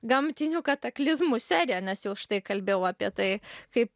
gamtinių kataklizmų seriją nes jau štai kalbėjau apie tai kaip